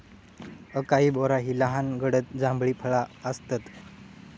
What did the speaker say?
acai बोरा ही लहान गडद जांभळी फळा आसतत